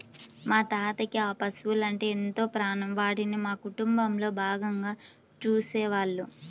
మా తాతకి ఆ పశువలంటే ఎంతో ప్రాణం, వాటిని మా కుటుంబంలో భాగంగా చూసేవాళ్ళు